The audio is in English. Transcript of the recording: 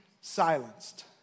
silenced